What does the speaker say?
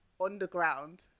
Underground